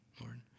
Lord